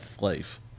life